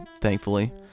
thankfully